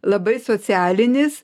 labai socialinis